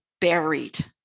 buried